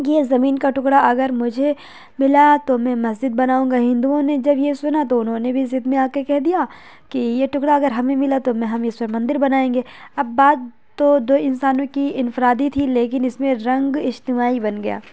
کہ یہ زمین کا ٹکڑا اگر مجھے ملا تو میں مسجد بناؤں گا ہندوؤں نے جب یہ سنا تو انہوں نے بھی ضد میں آ کے کہہ دیا کہ یہ ٹکڑا اگر ہمیں ملا تو میں ہم اس میں مندر بنائیں گے اب بات تو دو انسانوں کی انفرادی تھی لیکن اس میں رنگ اجتماعی بن گیا